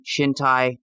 Shintai